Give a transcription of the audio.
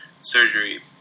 surgery